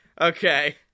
Okay